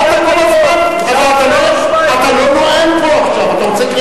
מה אתה כל הזמן, אני אומר את זה פה, שעם ישראל